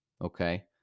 Okay